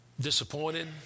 Disappointed